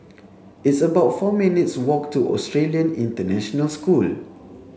it's about four minutes walk to Australian International School